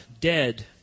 Dead